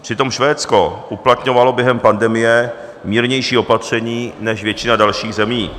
Přitom Švédsko uplatňovalo během pandemie mírnější opatření než většina dalších zemí.